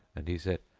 and he said,